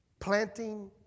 Planting